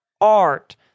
art